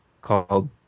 called